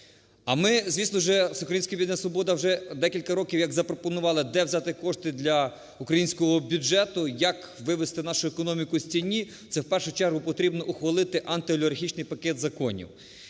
вже декілька років як запропонувало де взяти кошти для українського бюджету, як вивести нашу економіку з тіні. Це в першу чергу потрібно ухвалити антиолігархічний пакет законів.